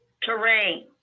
terrain